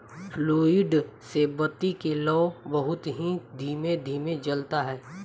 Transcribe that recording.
fluid से बत्ती के लौं बहुत ही धीमे धीमे जलता